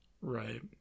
Right